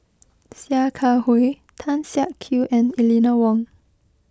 Sia Kah Hui Tan Siak Kew and Eleanor Wong